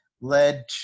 led